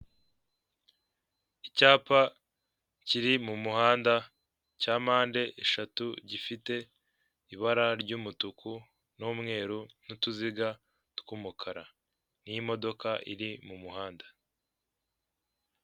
Icyapa kiri mu muhanda cya mpande eshatu, gifite ibara ry'umutuku n'umweru, n'utuziga tw'umukara n'imodoka iri mu muhanda.